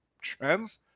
trends